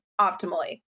optimally